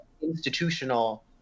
institutional